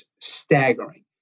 staggering